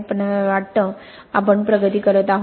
पण मला वाटतं आपण प्रगती करत आहोत